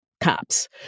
cops